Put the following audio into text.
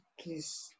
Please